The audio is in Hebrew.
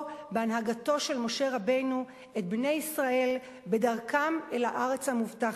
בהנהגתו של משה רבנו את בני ישראל בדרכם אל הארץ המובטחת,